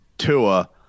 Tua